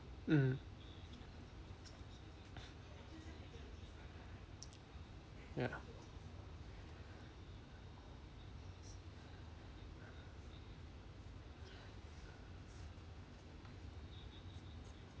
mm ya